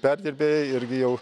perdirbėjai irgi jau